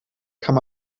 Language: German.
kann